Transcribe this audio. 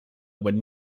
when